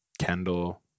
Kendall